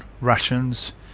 rations